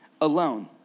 alone